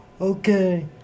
okay